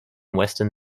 western